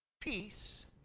Peace